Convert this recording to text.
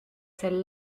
celle